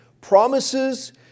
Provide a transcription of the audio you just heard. Promises